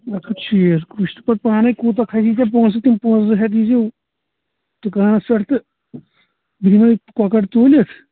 اکھ ہَتھ شیٹھ وُچھتہٕ پتہٕ پانے کوٗتاہ کھسی ژےٚ پوٗنٛسہِ تِم پوٗنٛسہٕ ہیٚتھ یِیٖزِ دُکانس پیٚٹھ تہٕ بہٕ دِمے کۄکر توٗلِتھ